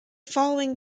following